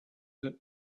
that